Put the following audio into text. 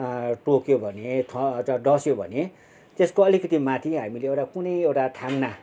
टोक्यो भने अथवा ढस्यो भने त्यसको अलिकति माथि हामीले एउटा कुनै एउटा थाङ्ना